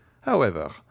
However